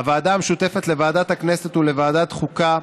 הוועדה המשותפת לוועדת הכנסת ולוועדת החוקה,